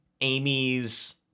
Amy's